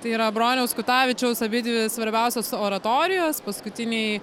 tai yra broniaus kutavičiaus abidvi svarbiausios oratorijos paskutiniai